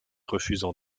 refusant